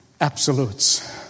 absolutes